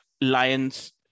Lions